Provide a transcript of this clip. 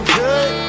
good